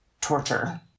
torture